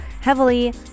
heavily